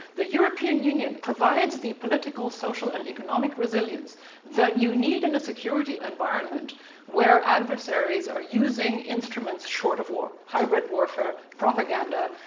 the european union is provides the political, social, and economic resilience that you need in a security environment where adversaries are using instruments short of war, hybrid warfare, propaganda,